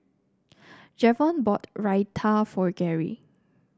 Javon bought Raita for Gary